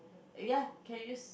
ya can use